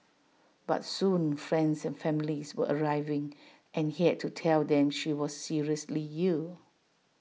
but soon friends and families were arriving and he had to tell them she was seriously ill